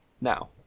Now